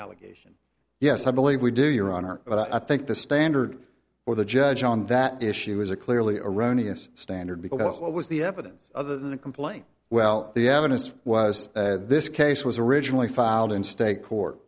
allegation yes i believe we do your honor but i think the standard for the judge on that issue is a clearly erroneous standard because what was the evidence other than a complaint well the evidence was that this case was originally filed in state court